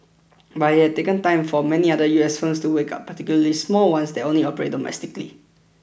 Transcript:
but it had taken time for many other U S firms to wake up particularly small ones that only operate domestically